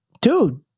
Dude